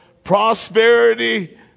prosperity